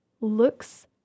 looks